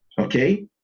Okay